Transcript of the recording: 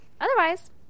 Otherwise